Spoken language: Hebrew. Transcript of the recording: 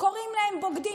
קוראים להם "בוגדים".